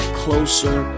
closer